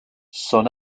son